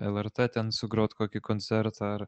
lrt ten sugrot kokį koncertą ar